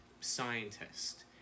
scientist